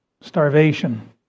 starvation